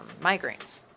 migraines